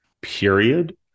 period